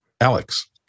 Alex